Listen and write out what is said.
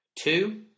Two